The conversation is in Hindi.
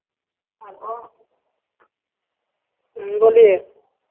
हलो बोलिए